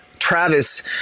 Travis